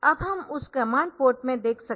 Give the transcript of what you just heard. अब हम उस कमांड पोर्ट में देख सकते है